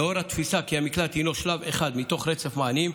לאור התפיסה כי המקלט הינו שלב אחד מתוך רצף מענים,